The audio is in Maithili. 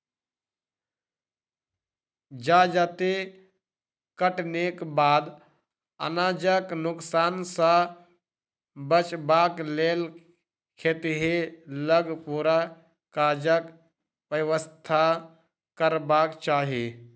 जजाति कटनीक बाद अनाजक नोकसान सॅ बचबाक लेल खेतहि लग पूरा काजक व्यवस्था करबाक चाही